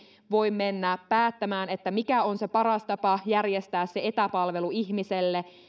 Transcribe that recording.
voi mennä päättämään mikä on se paras tapa järjestää se etäpalvelu ihmiselle